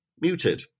muted